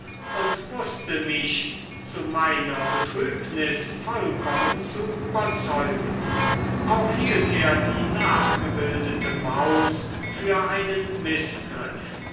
und wußte mich zu meiner betrübnis vollkommen zu überzeugen auch hielt er die nachgebildete maus für einen